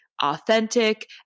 authentic